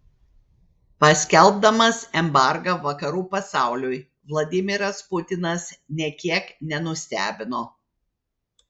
paskelbdamas embargą vakarų pasauliui vladimiras putinas nė kiek nenustebino